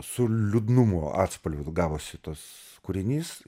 su liūdnumo atspalviu gavosi tas kūrinys